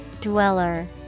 Dweller